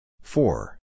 four